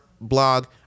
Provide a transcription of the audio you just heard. blog